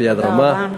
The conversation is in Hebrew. ביד רמה.